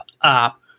up